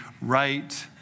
right